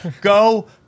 Go